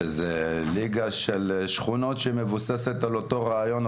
שזו ליגה של שכונות שמבוססת על אותו רעיון,